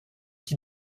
qui